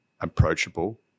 approachable